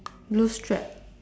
blue stripe